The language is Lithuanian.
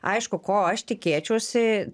aišku ko aš tikėčiausi